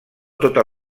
totes